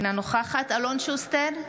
אינה נוכחת אלון שוסטר,